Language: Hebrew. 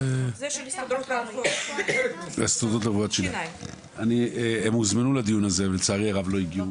ההסתדרות לרפואת שיניים הוזמנו לדיון הזה ולצערי הרב לא הגיעו.